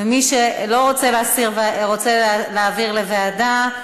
ומי שלא רוצה להסיר ורוצה להעביר לוועדה,